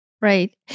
Right